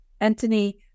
Anthony